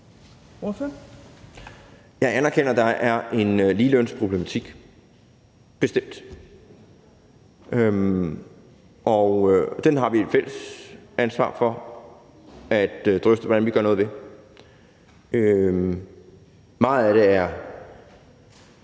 Jeg anerkender, at der er en ligelønsproblematik, bestemt, og den har vi et fælles ansvar for at drøfte hvad vi gør ved. Meget af det er